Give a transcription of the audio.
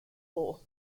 law